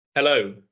Hello